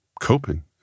coping